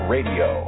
Radio